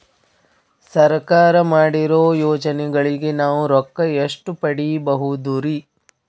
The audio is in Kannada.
ಸರ್ಕಾರ ಮಾಡಿರೋ ಯೋಜನೆಗಳಿಗೆ ನಾವು ರೊಕ್ಕ ಎಷ್ಟು ಪಡೀಬಹುದುರಿ?